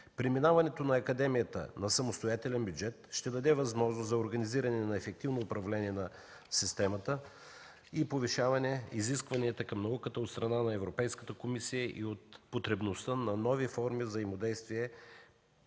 Преминаването на Академията на самостоятелен бюджет ще даде възможност за организиране на ефективно управление на системата и повишаване изискванията към науката от страна на Европейската комисия и от потребността на нови форми и взаимодействия